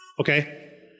Okay